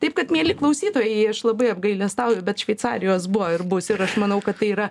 taip kad mieli klausytojai aš labai apgailestauju bet šveicarijos buvo ir bus ir aš manau kad tai yra